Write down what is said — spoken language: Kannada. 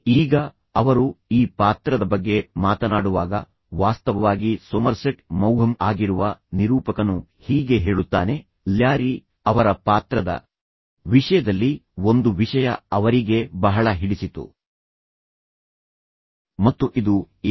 ಈಗ ಅವರು ಈ ಪಾತ್ರದ ಬಗ್ಗೆ ಮಾತನಾಡುವಾಗ ವಾಸ್ತವವಾಗಿ ಸೊಮರ್ಸೆಟ್ ಮೌಘಮ್ ಆಗಿರುವ ನಿರೂಪಕನು ಹೀಗೆ ಹೇಳುತ್ತಾನೆಃ ಲ್ಯಾರಿ ಅವರ ಪಾತ್ರದ ವಿಷಯದಲ್ಲಿ ಒಂದು ವಿಷಯ ಅವರಿಗೆ ಬಹಳ ಹಿಡಿಸಿತು ಮತ್ತು ಇದು ಏನು